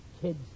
kids